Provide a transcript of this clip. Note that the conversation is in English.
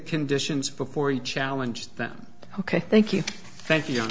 conditions before you challenge them ok thank you thank you